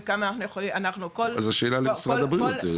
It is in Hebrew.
אז זו שאלה למשרד הבריאות.